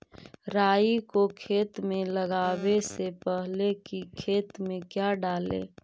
राई को खेत मे लगाबे से पहले कि खेत मे क्या डाले?